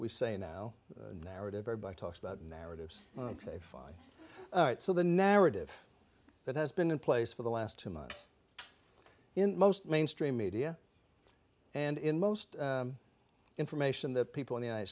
we say now narrative or by talks about narratives ok fine so the narrative that has been in place for the last two months in most mainstream media and in most information that people in the united